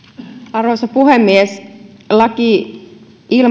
arvoisa puhemies laki